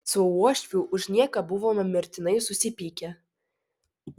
su uošviu už nieką buvome mirtinai susipykę